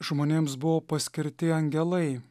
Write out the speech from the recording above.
žmonėms buvo paskirti angelai